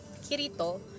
Kirito